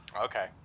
Okay